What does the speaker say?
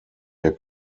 der